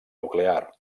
nuclear